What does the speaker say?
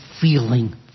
feeling